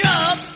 up